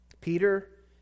Peter